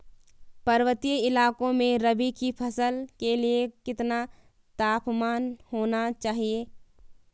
पर्वतीय इलाकों में रबी की फसल के लिए कितना तापमान होना चाहिए?